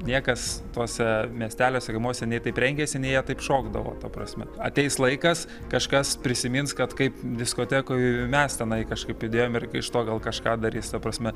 niekas tuose miesteliuose kaimuose nei taip rengėsi nei jie taip šokdavo ta prasme ateis laikas kažkas prisimins kad kaip diskotekoj mes tenai kažkaip judėjom ir iš to gal kažką darys ta prasme